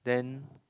then